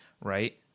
right